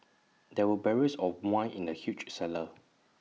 there were barrels of wine in the huge cellar